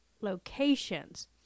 locations